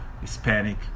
Hispanic